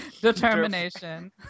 Determination